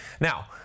Now